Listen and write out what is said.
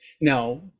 Now